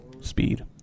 speed